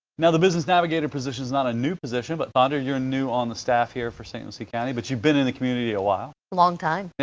now the business navigator position is not a new position. but thondra, you're new on the staff here for st. lucie county, but you've been in the community a while. a long time.